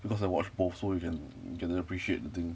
because I watched both so you can you get to appreciate the thing